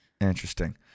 Interesting